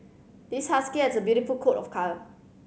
this husky has a beautiful coat of card